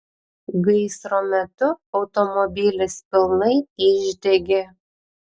gaisro metu automobilis pilnai išdegė